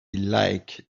like